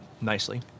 nicely